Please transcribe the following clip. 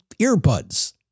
earbuds